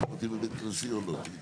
בניין אחר שקבע שר הפנים.